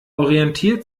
orientiert